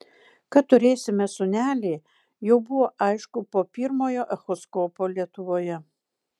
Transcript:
kad turėsime sūnelį jau buvo aišku po pirmojo echoskopo lietuvoje